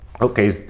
okay